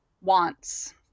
wants